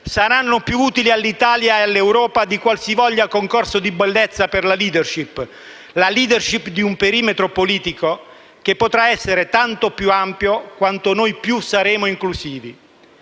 saranno più utili all'Italia ed all'Europa di qualsivoglia concorso di bellezza per la *leadership* di un perimetro politico, che potrà essere tanto più ampio quanto più noi saremo inclusivi.